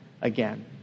again